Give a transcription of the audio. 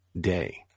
day